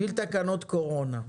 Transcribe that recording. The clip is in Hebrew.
בשביל תקנות קורונה.